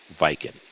Viking